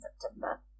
September